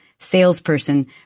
salesperson